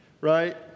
Right